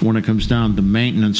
when it comes down to maintenance